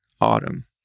Autumn